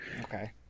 Okay